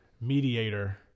mediator